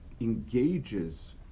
engages